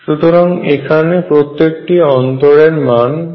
সুতরাং এখানে প্রত্যেকটি অন্তর এর মান হয় r